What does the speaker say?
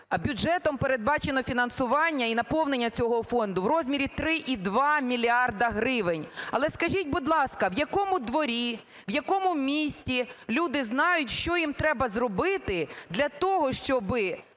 бюджетом передбачено фінансування і наповнення цього фонду в розмірі 3,2 мільярда гривень? Але скажіть, будь ласка, в якому дворі, в якому місті люди знають, що їм треба зробити для того, щоби